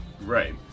right